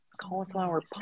cauliflower